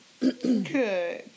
Good